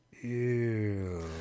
Ew